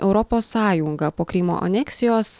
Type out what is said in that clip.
europos sąjunga po krymo aneksijos